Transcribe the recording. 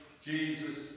Jesus